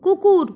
কুকুর